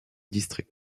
district